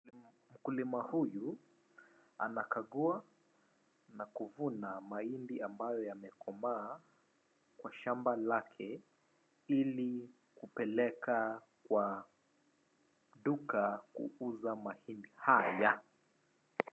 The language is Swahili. Mkulima huyu anakagua na kuvuna mahindi ambayo yamekomaa kwa shamba lake ili kupleka kwa duka kuuza mahindi haya.